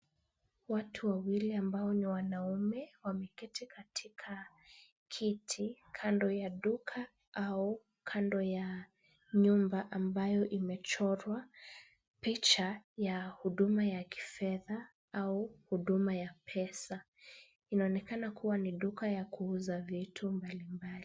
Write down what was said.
Watu wawili ambao ni wanaume, wameketi katika kiti kando ya duka au kando ya nyumba ambayo imechorwa picha ya huduma ya kifedha au huduma ya pesa. Inaonekana kuwa ni duka ya kuuza vitu mbali mbali.